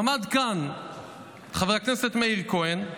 עמד כאן חבר הכנסת מאיר כהן,